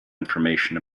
information